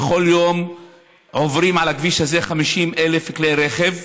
בכל יום עוברים על הכביש הזה 50,000 כלי רכב.